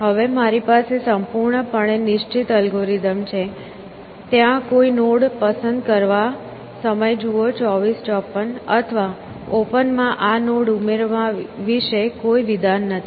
હવે મારી પાસે સંપૂર્ણપણે નિશ્ચિત અલ્ગોરિધમ છે ત્યાં કોઈ નોડ પસંદ કરવા અથવા ઓપન માં આ નોડ ઉમેરવા વિશે કોઈ વિધાન નથી